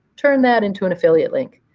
turn that into an affiliate link.